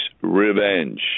revenge